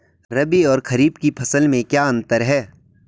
रबी और खरीफ की फसल में क्या अंतर है?